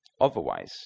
Otherwise